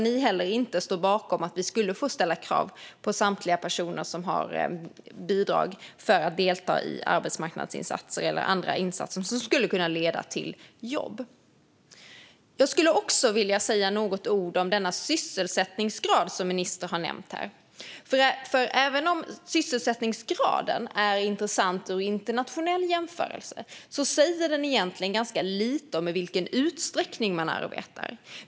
Ni står inte heller bakom att vi skulle få ställa krav på samtliga personer som har bidrag att delta i arbetsmarknadsinsatser eller andra insatser som skulle kunna leda till jobb. Jag skulle också vilja säga några ord om den sysselsättningsgrad som ministern har nämnt här. Även om sysselsättningsgraden är intressant vid en internationell jämförelse säger den egentligen ganska lite om i vilken utsträckning man arbetar.